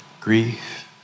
Grief